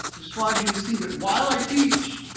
just wanted you to see that while i teach,